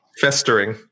Festering